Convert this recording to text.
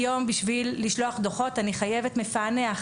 היום בשביל לשלוח דוחות אני חייבת מפענח.